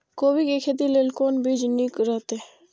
कोबी के खेती लेल कोन बीज निक रहैत?